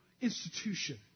institution